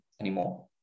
anymore